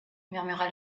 murmura